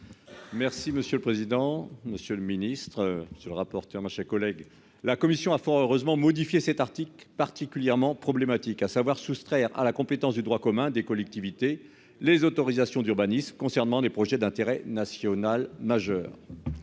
Merci monsieur le président, Monsieur le Ministre sur le rapporteur ma chère collègue. La commission a fort heureusement modifié cette Arctique particulièrement problématique à savoir soustraire à la compétence du droit commun des collectivités les autorisations d'urbanisme concernant des projets d'intérêt national majeur.